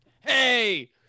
Hey